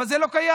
אבל זה לא קיים,